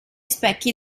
specchi